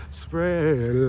spread